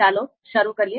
ચાલો શરુ કરીએ